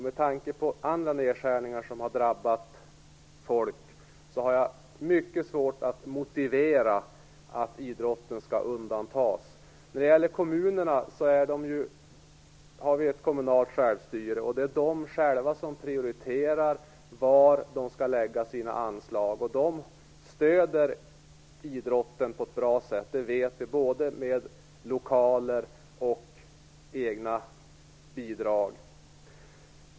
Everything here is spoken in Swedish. Med tanke på andra nedskärningar som har drabbat människor har jag mycket svårt att motivera att idrotten skall undantas. Vi har ett kommunalt självstyre. Det är kommunerna själva som prioriterar var de skall lägga sina anslag. De stöder idrotten på ett bra sätt. Det vet vi, både med lokaler och egna bidrag.